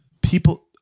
People